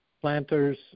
planters